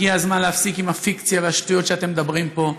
הגיע הזמן להפסיק עם הפיקציה ועם השטויות שאתם מדברים פה.